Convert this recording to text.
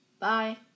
Bye